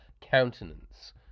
countenance